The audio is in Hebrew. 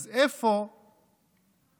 אז איפה אנחנו?